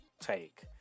take